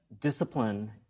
discipline